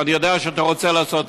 אני יודע שאתה רוצה לעשות הרבה.